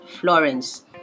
Florence